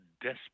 desperate